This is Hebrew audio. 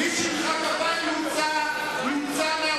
מי שימחא כפיים יוצא מהאולם.